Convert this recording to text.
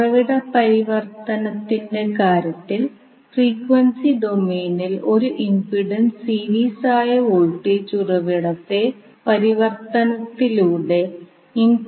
ഈ ലൂപ്പിന് അടുത്ത ലൂപ്പിന് മുകളിലുള്ള ലൂപ്പിന് എന്ന് നമ്മൾ കറന്റിന്റെ മൂല്യം നൽകുന്നു